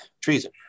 treason